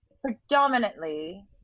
predominantly